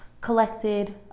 collected